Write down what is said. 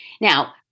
Now